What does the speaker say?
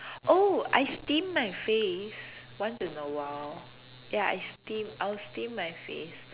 oh I steam my face once in a while ya I'll steam I'll steam my face